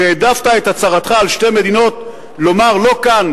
כשהעדפת את הצהרתך על שתי מדינות לומר לא כאן,